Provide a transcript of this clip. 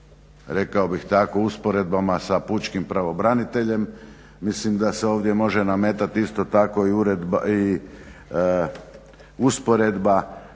rekao bih tako, usporedbama sa Pučkim pravobraniteljem, mislim da se ovdje može nametati isto tako i usporedba